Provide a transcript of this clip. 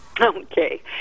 Okay